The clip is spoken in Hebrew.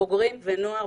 בוגרים ונוער,